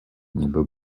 ніби